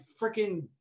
freaking